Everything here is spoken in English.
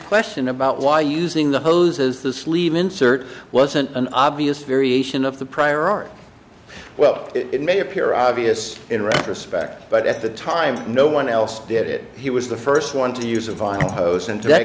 question about why using the hoses the sleeve insert wasn't an obvious variation of the prior art well it may appear obvious in retrospect but at the time no one else did it he was the first one to use of on those and to that